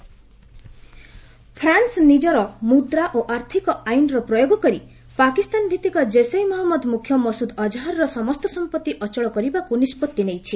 France Azhar France ନିଜର ମୁଦ୍ରା ଓ ଆର୍ଥକ ଆଇନର ପ୍ରୟୋଗ କରି ପାକିସ୍ତାନ ଭିଭିକ ଜୈସେ ମହଞ୍ଜଦ ମୁଖ୍ୟ ମସୁଦ ଅକହରର ସମସ୍ତ ସମ୍ପର୍ତି ଅଚଳ କରିବାକୁ ନିଷ୍ପଭି ନେଇଛି